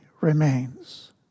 remains